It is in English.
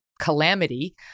calamity